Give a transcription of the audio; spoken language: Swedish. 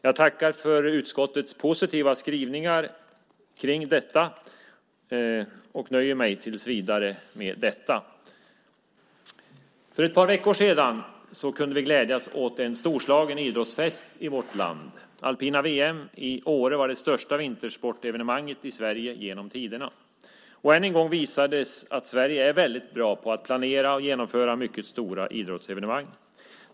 Jag tackar för utskottets positiva skrivningar och nöjer mig tills vidare med detta. För ett par veckor sedan kunde vi glädjas åt en storslagen idrottsfest i vårt land. Alpina VM i Åre var det största vintersportevenemanget i Sverige genom tiderna. Än en gång visades att Sverige är väldigt bra på att planera och genomföra mycket stora idrottsevenemang.